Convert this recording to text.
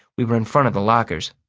we were in front of the lockers.